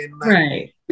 Right